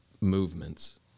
movements